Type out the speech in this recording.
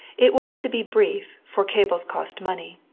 it was to be brief, for cables cost money.